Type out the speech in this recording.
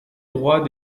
droits